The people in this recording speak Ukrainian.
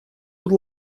будь